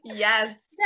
Yes